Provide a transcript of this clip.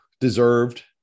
deserved